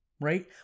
right